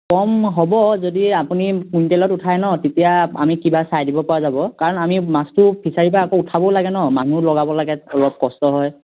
কম হ'ব যদি আপুনি কুইণ্টেলত উঠাই নহ্ তেতিয়া আমি কিবা চাই দিব পৰা যাব কাৰণ আমি মাছটো ফিচাৰীৰ পৰা আকৌ উঠাবও লাগে নহ্ মানুহ লগাব লাগে অলপ কষ্ট হয়